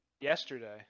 Yesterday